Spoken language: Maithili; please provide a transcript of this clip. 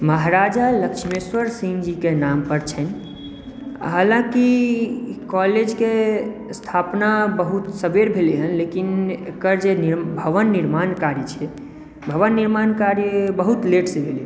महाराजा लक्ष्मीश्वर सिंहजीके नाम पर छनि हलाँकि ई कलेज के स्थापना बहुत सवेर भेलै हँ लेकिन एकर जे नीव भवन निर्माण कार्य छै भवन निर्माण कार्य बहुत लेट सँ भेलै